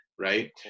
right